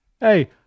Hey